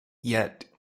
yet